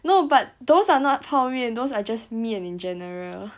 no but those are not 泡面 those are just 面 in general